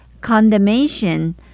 condemnation